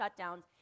shutdowns